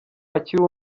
akiri